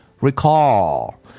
recall